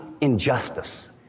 injustice